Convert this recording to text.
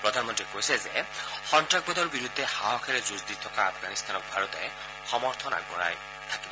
প্ৰধানমন্ত্ৰীয়ে কয় যে সন্নাসবাদৰ বিৰুদ্ধে সাহসেৰে যুঁজ দি থকা আফগানিস্থানক ভাৰতে সমৰ্থন আগবঢ়াই থাকিব